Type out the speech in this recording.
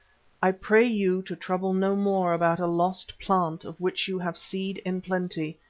i pray you to trouble no more about a lost plant of which you have seed in plenty,